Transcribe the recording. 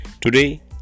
today